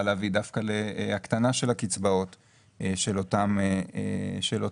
להביא דווקא להקטנה של הקצבאות של אותם חוסכים.